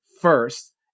first